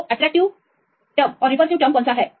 तो आकर्षक शब्द कौन सा है